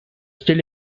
still